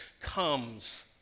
comes